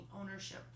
ownership